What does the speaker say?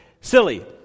silly